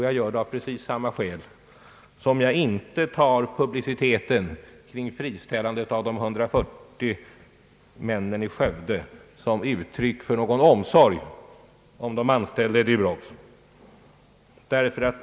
Jag gör så av precis samma skäl som jag inte tar publiciteten kring friställandet av de 140 männen i Skövde som uttryck för omsorg om de anställda i Durox.